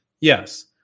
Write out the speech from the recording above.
Yes